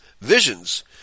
visions